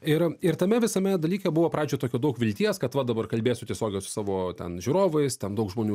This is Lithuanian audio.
ir ir tame visame dalyke buvo pradžioj tokio daug vilties kad va dabar kalbėsiu tiesiogiai su savo ten žiūrovais ten daug žmonių